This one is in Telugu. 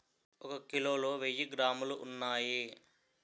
ఒక కిలోలో వెయ్యి గ్రాములు ఉన్నాయి